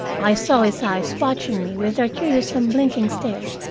i saw his eyes watching me with their curious unblinking stare,